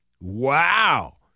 Wow